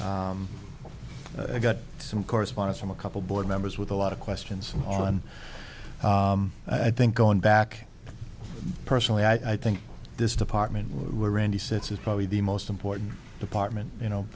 why i got some correspondence from a couple board members with a lot of questions and all and i think going back personally i think this department were randi sets is probably the most important department you know